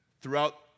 throughout